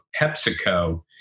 PepsiCo